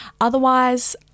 Otherwise